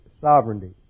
sovereignty